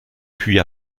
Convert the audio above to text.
puis